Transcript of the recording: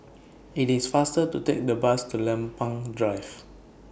IT IS faster to Take The Bus to Lempeng Drive